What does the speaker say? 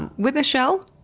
and with a shell?